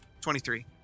23